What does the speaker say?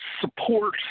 support